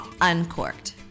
uncorked